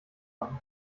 machen